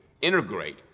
integrate